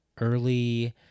early